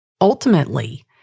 Ultimately